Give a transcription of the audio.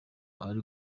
ari